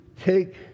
take